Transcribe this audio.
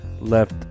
left